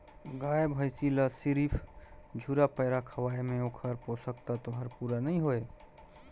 गाय भइसी ल सिरिफ झुरा पैरा खवाये में ओखर पोषक तत्व हर पूरा नई होय